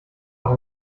noch